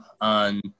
on